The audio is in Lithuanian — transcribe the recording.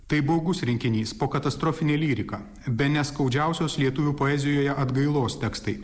tai baugus rinkinys po katastrofinė lyrika bene skaudžiausios lietuvių poezijoje atgailos tekstai